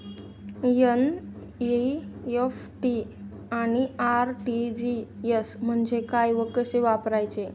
NEFT आणि RTGS म्हणजे काय व कसे वापरायचे?